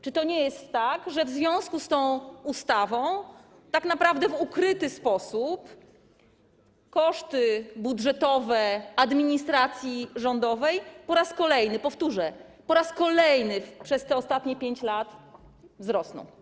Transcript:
Czy to nie jest tak, że w związku z tą ustawą tak naprawdę w ukryty sposób koszty budżetowe administracji rządowej po raz kolejny, powtórzę: po raz kolejny, w ciągu tych ostatnich 5 lat wzrosną?